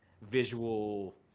visual